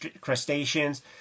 crustaceans